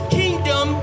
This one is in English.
kingdom